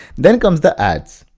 then comes the ads.